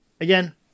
again